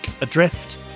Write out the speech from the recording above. adrift